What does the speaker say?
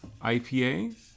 IPA